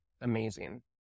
amazing